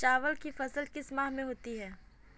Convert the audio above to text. चावल की फसल किस माह में होती है?